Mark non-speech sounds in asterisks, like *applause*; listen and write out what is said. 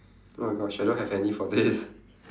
oh my gosh I don't have any for this *laughs*